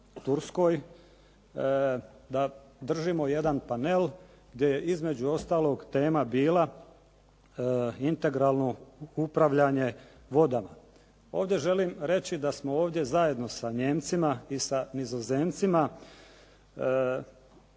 da držimo jedan panel gdje je između ostaloga tema bila integralno upravljanje vodama. Ovdje želim reći da smo ovdje zajedno sa Nijemcima i sa Nizozemcima